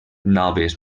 noves